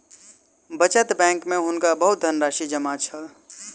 बचत बैंक में हुनका बहुत धनराशि जमा छल